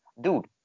Dude